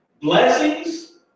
Blessings